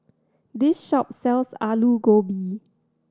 this shop sells Aloo Gobi